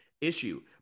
issue